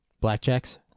Blackjacks